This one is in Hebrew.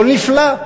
הכול נפלא,